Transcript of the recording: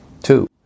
Two